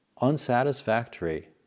Unsatisfactory